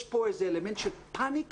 יש פה איזה אלמנט של פניקה,